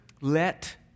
let